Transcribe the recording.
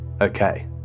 Okay